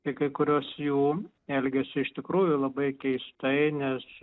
tik kai kurios jų elgiasi iš tikrųjų labai keistai nes